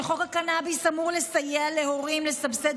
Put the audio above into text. שחוק הקנביס אמור לסייע להורים לסבסד